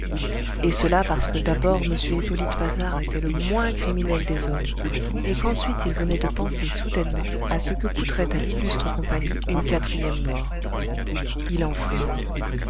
et cela parce que d'abord m hippolyte patard était le moins criminel des hommes et qu'ensuite il venait de penser soudainement à ce que coûterait à l'illustre compagnie une quatrième mort il en frémit